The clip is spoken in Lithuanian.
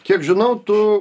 kiek žinau tu